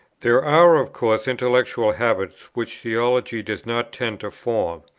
there are of course intellectual habits which theology does not tend to form,